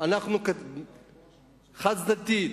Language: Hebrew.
חד-צדדית